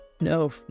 No